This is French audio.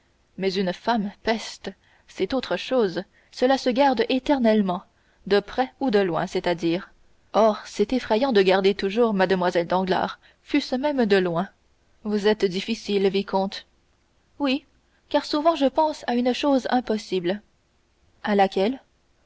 mais une femme peste c'est autre chose cela se garde éternellement de près ou de loin c'est-à-dire or c'est effrayant de garder toujours mlle danglars fût-ce même de loin vous êtes difficile vicomte oui car souvent je pense à une chose impossible à laquelle